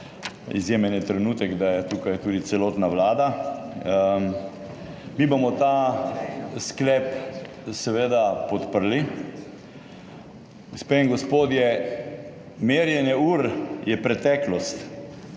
Izjemen je trenutek, da je tukaj tudi celotna Vlada. Mi bomo ta sklep seveda podprli, gospe in gospodje. Merjenje ur je preteklost.